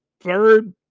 third